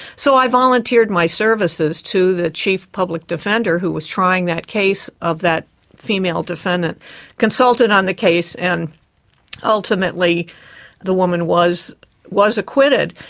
so i volunteered my services to the chief public defender who was trying that case of that female defendant. i consulted on the case and ultimately the woman was was acquitted.